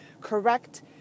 correct